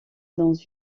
dans